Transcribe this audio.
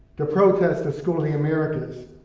to protest the school of the americas.